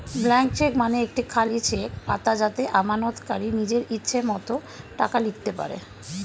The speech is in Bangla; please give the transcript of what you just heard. ব্লাঙ্ক চেক মানে একটি খালি চেক পাতা যাতে আমানতকারী নিজের ইচ্ছে মতো টাকা লিখতে পারে